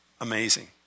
amazing